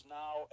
now